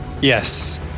Yes